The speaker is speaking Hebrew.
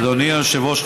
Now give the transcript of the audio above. אדוני היושב-ראש,